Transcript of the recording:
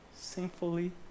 sinfully